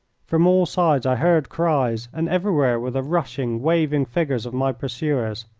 from all sides i heard cries, and everywhere were the rushing, waving figures of my pursuers.